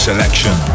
Selection